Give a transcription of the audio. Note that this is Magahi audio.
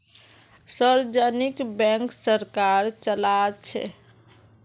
सार्वजनिक बैंक सरकार चलाछे